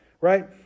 Right